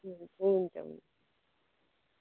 हुन्छ हुन्छ